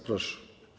Proszę.